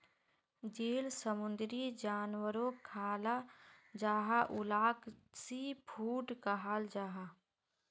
जेल समुंदरी जानवरोक खाल जाहा उलाक सी फ़ूड कहाल जाहा